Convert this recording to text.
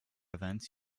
events